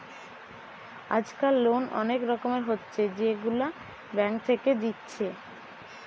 আজকাল লোন অনেক রকমের হচ্ছে যেগুলা ব্যাঙ্ক থেকে দিচ্ছে